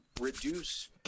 reduce